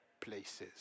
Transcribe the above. places